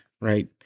Right